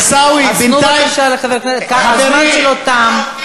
תנו בבקשה לחבר הכנסת כבל, הזמן שלו תם.